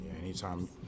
anytime